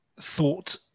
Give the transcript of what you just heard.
thought